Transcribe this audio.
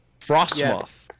frostmoth